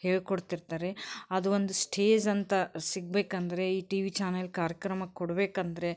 ಹೇಳಿಕೊಡ್ತಿರ್ತಾರೆ ಅದು ಒಂದು ಸ್ಟೇಜ್ ಅಂತ ಸಿಗಬೇಕಂದ್ರೆ ಈ ಟಿವಿ ಚಾನಲ್ ಕಾರ್ಯಕ್ರಮ ಕೊಡಬೇಕಂದ್ರೆ